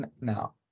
now